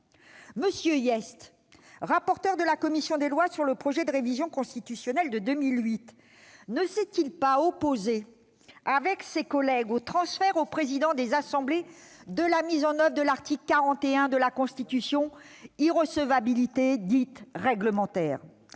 M. Hyest, rapporteur de la commission des lois sur le projet de révision constitutionnelle de 2008, ne s'est-il pas opposé avec ses collègues au transfert aux présidents des assemblées de la mise en oeuvre de l'article 41 de la Constitution, c'est-à-dire l'irrecevabilité dite « réglementaire »